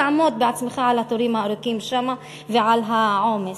תעמוד בעצמך על התורים הארוכים שם ועל העומס.